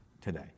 today